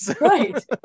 Right